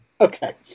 Okay